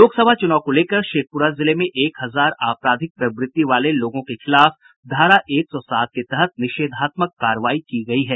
लोकसभा चुनाव को लेकर शेखपुरा जिले में एक हजार आपराधिक प्रवृत्ति के लोगों के खिलाफ धारा एक सौ सात के तहत निषेधात्मक कार्रवाई की गयी है